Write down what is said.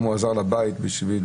ראינו כמה הוא עזר לבית -- טוב,